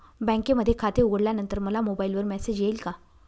बँकेमध्ये खाते उघडल्यानंतर मला मोबाईलवर मेसेज येईल का?